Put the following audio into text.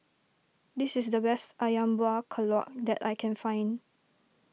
this is the best Ayam Buah Keluak that I can find